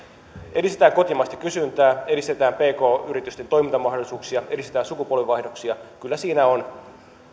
edistetään kotimaista kysyntää edistetään pk yritysten toimintamahdollisuuksia edistetään sukupolvenvaihdoksia kyllä siinä on